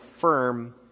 firm